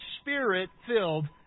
Spirit-filled